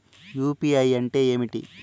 UPI అంటే ఏమి?